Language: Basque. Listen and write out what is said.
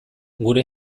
gure